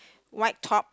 white top